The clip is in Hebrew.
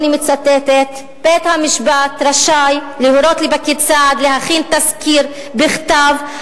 אני מצטטת: בית-המשפט רשאי להורות לפקיד סעד להכין תסקיר בכתב,